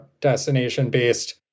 destination-based